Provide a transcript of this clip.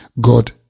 God